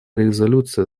резолюция